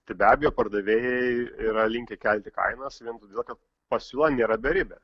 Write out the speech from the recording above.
tai be abejo pardavėjai yra linkę kelti kainas vien todėl kad pasiūla nėra beribė